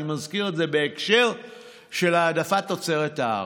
אני מזכיר את זה בהקשר של העדפת תוצרת הארץ.